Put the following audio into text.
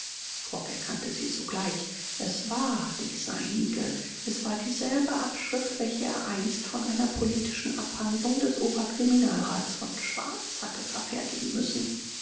frock erkannte sie sogleich es war die seinige es war dieselbe abschrift welche er einst von einer politischen abhandlung des oberkriminalrats von schwarz hatte verfertigen müssen